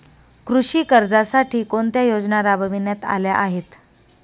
कृषी कर्जासाठी कोणत्या योजना राबविण्यात आल्या आहेत?